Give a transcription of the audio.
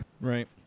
Right